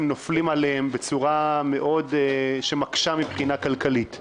נופלים עליהם בצורה שמקשה מאוד מבחינה כלכלית.